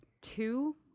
two